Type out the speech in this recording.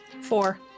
Four